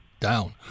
down